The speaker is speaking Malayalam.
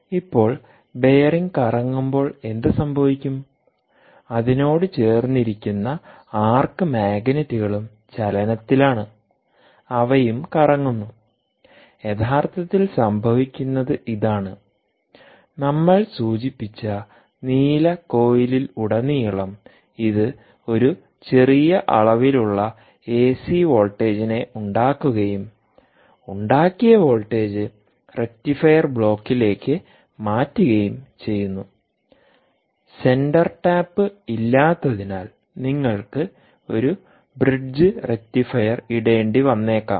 ഇപ്പോൾ ബെയറിംഗ് കറങ്ങുമ്പോൾ എന്ത് സംഭവിക്കും അതിനോട് ചേർന്നിരിക്കുന്ന ആർക്ക് മാഗ്നറ്റുകളും ചലനത്തിലാണ് അവയും കറങ്ങുന്നു യഥാർത്ഥത്തിൽ സംഭവിക്കുന്നത് ഇതാണ് നമ്മൾ സൂചിപ്പിച്ച നീല കോയിലിലുടനീളം ഇത് ഒരു ചെറിയ അളവിലുള്ള എസി വോൾട്ടേജിനെ ഉണ്ടാക്കുകയും ഉണ്ടാക്കിയ വോൾട്ടേജ് റക്റ്റിഫയർ ബ്ലോക്കിലേക്ക് മാറ്റുകയും ചെയ്യുന്നു സെന്റർ ടാപ്പ് ഇല്ലാത്തതിനാൽ നിങ്ങൾക്ക് ഒരു ബ്രിഡ്ജ് റക്റ്റിഫയർ ഇടേണ്ടി വന്നേക്കാം